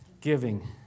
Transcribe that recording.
giving